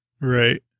Right